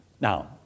Now